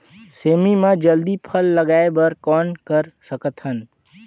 सेमी म जल्दी फल लगाय बर कौन कर सकत हन?